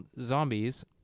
Zombies